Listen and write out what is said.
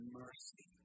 mercy